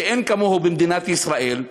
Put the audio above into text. שאין כמוהו במדינת ישראל,